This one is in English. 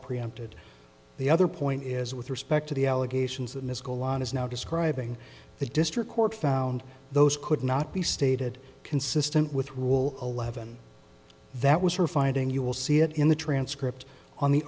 preempted the other point is with respect to the allegations in this call law is now describing the district court found those could not be stated consistent with rule eleven that was for finding you will see it in the transcript on the